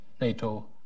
NATO